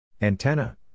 Antenna